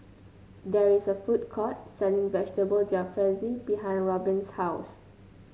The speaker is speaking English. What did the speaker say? there is a food court selling Vegetable Jalfrezi behind Robyn's house